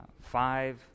five